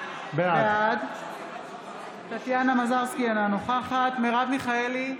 בעד טטיאנה מזרסקי, אינה נוכחת מרב מיכאלי,